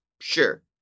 Sure